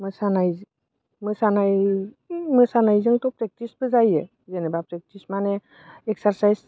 मोसानाय मोसानाय मोसानायजोंथ' प्रेकटिसबो जायो जेनेबा प्रेकटिस माने एक्सारसाइस